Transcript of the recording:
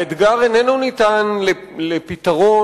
האתגר איננו ניתן לפתרון